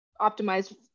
optimized